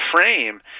frame